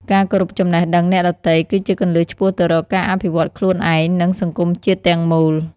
ការគោរពចំណេះដឹងអ្នកដទៃ គឺជាគន្លឹះឆ្ពោះទៅរកការអភិវឌ្ឍខ្លួនឯង និងសង្គមជាតិទាំងមូល។